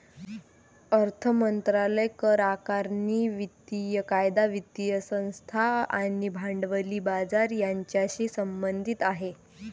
अर्थ मंत्रालय करआकारणी, वित्तीय कायदा, वित्तीय संस्था आणि भांडवली बाजार यांच्याशी संबंधित आहे